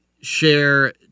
share